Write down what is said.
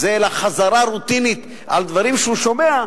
אלא חזרה רוטינית על דברים שהוא שומע,